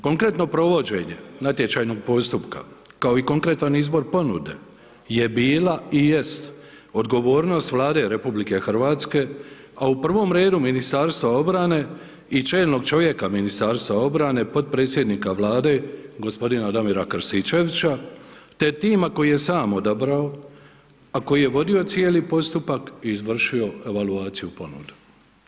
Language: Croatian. Konkretno provođenje, natječajnog postupka, kao i konkretan izbor ponude je bila i jest odgovornost vlade RH a u prvom redu Ministarstva obrane i čelnog čovjeka Ministarstva obrane, potpredsjednika Vlade, gospodina Damira Krstičevića te tima koji je sam odabrao a koji je vodio cijeli postupak i izvršio evaluaciju ponovno.